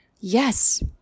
Yes